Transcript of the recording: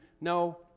No